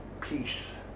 peace